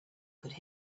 could